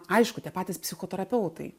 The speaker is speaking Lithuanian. aišku tie patys psichoterapeutai